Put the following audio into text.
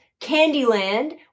Candyland